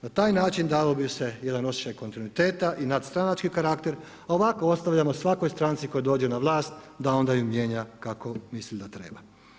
Na taj način dalo bi se jedan osjećan kontinuiteta i nadstranački karakter, a ovako ostavljamo svakoj stranci koja dođe na vlast da onda ju mijenja kako misli da treba.